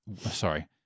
sorry